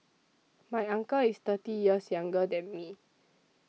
my uncle is thirty years younger than me